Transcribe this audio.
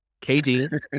KD